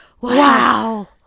Wow